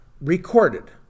recorded